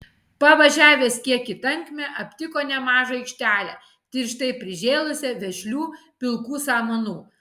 pavažiavęs kiek į tankmę aptiko nemažą aikštelę tirštai prižėlusią vešlių pilkų samanų